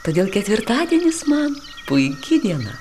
todėl ketvirtadienis man puiki diena